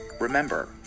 Remember